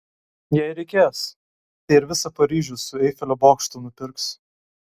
jei reikės tai ir visą paryžių su eifelio bokštu nupirks